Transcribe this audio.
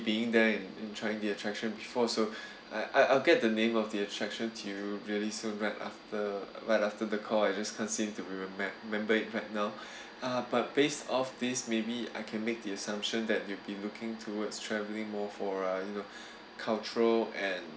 being there and and trying the attraction before so I I I'll get the name of the attraction to you very soon right after right after the call I just can't seem to be remember it right now ah but based of this maybe I can make the assumption that you've been looking towards travelling more for uh you know cultural and